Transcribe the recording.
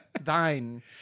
Thine